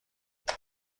آیا